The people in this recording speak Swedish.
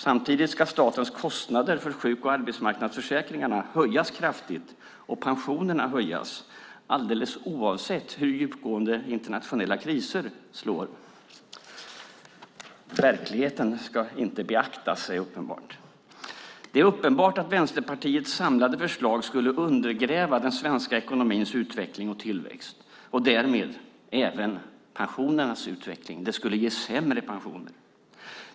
Samtidigt ska statens kostnader för sjuk och arbetsmarknadsförsäkringarna höjas kraftigt och pensionerna höjas, alldeles oavsett hur djupgående internationella kriser slår. Verkligheten ska inte beaktas. Det är uppenbart. Det är uppenbart att Vänsterpartiets samlade förslag skulle undergräva den svenska ekonomins utveckling och tillväxt och därmed även pensionernas utveckling. Det skulle ge sämre pensioner.